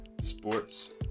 sports